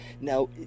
Now